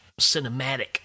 cinematic